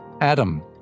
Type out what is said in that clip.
Adam